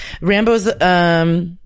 Rambo's